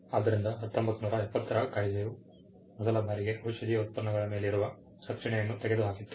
ಆದ್ದರಿಂದ 1970 ರ ಕಾಯಿದೆಯು ಮೊದಲ ಬಾರಿಗೆ ಔಷಧೀಯ ಉತ್ಪನ್ನಗಳ ಮೇಲಿರುವ ರಕ್ಷಣೆಯನ್ನು ತೆಗೆದುಹಾಕಿತು